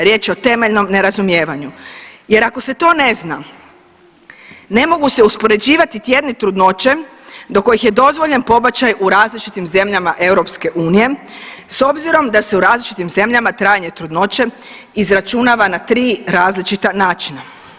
Riječ je o temeljnom nerazumijevanju jer ako se to ne zna ne mogu se uspoređivati tjedni trudnoće do kojih je dozvoljen pobačaj u različitim zemljama EU s obzirom da se u različitim zemljama trajanje trudnoće izračunava na tri različita načina.